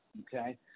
Okay